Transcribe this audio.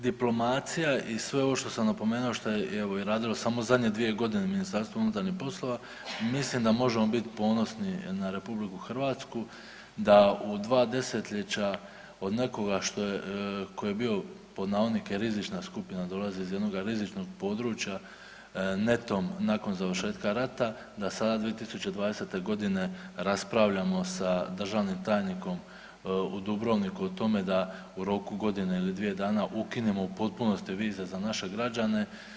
Diplomacija i sve ovo što sam napomenuo što je evo radilo samo zadnje dvije godine MUP mislim da možemo biti ponosni na RH da u dva desetljeća od nekoga tko je bio „rizična skupina“, dolazi iz jednog rizičnog područja neto nakon završetka rata, da sada 2020. godine raspravljamo sa državnim tajnikom u Dubrovniku o tome da u roku godine ili dvije dana ukinemo u potpunosti vize za naše građane.